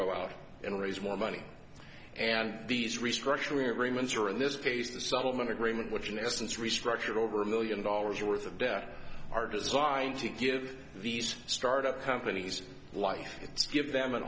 go out and raise more money and these restructuring agreements or in this case the settlement agreement which in essence restructured over a million dollars worth of debt are designed to give these startup companies life give them an